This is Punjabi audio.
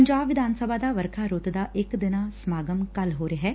ਪੰਜਾਬ ਵਿਧਾਨ ਸਭਾ ਦਾ ਵਰਖਾ ਰੁੱਤ ਦਾ ਇਕ ਦਿਨਾਂ ਸਮਾਗਮ ਕੱਲੂ ਹੋ ਰਿਹੈ